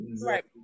Right